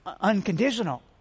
unconditional